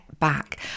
Back